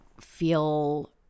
feel